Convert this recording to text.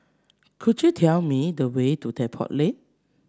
could you tell me the way to Depot Lane